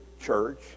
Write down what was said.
church